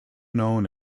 known